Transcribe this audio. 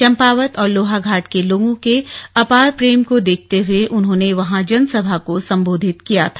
चम्पावत और लोहाघाट के लोगों के अपार प्रेम को देखते हुए उन्होंने वहां जनसभा को संबोधित किया था